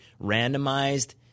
randomized